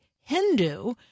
Hindu –